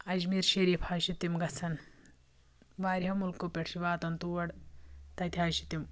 اجمیٖر شریٖف حظ چھِ تِم گژھان واریَہو مُلکو پٮ۪ٹھ چھِ واتان تور تَتہِ حظ چھِ تِم